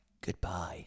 Goodbye